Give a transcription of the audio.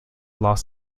loss